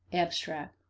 abstract.